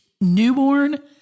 newborn